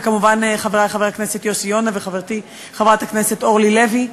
וכמובן חברי חבר הכנסת יוסי יונה וחברתי חברת הכנסת אורלי לוי,